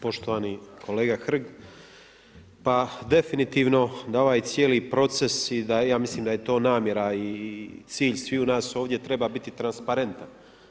Poštovani kolega Hrg, pa definitivno da ovaj cijeli proces i ja mislim da je to namjera i cilj sviju nas ovdje treba biti transparentan.